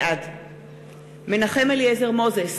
בעד מנחם אליעזר מוזס,